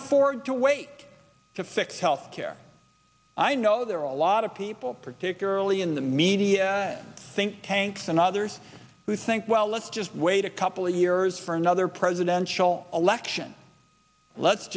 afford to wait to fix health care i know there are a lot of people particularly in the media and think tanks and others who think well let's just wait a couple of years for another presidential election let's